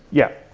yeah.